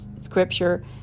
scripture